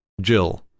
Jill